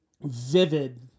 Vivid